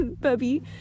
Bubby